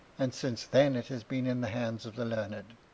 and, since then, it has been in the hands of the learned.